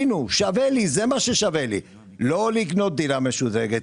זה מה ששווה לי; לא לקנות דירה משודרגת,